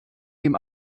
dem